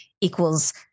equals